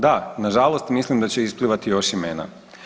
Da, nažalost mislim da će isplivati još imena.